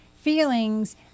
feelings